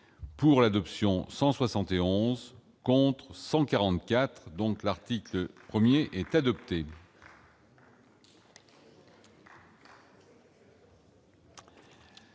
pour l'adoption 171 contre 144 donc, l'article 1er est adopté.